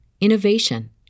innovation